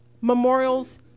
memorials